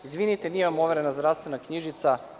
Izvinite, nije vam overena zdravstvena knjižica.